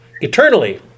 eternally